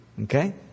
Okay